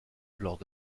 lors